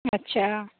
अच्छा